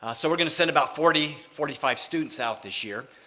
ah so we're going to spend about forty forty five students out this year.